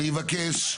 אני מבקש.